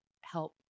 help